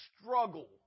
struggle